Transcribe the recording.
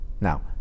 Now